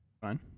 fine